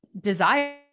desire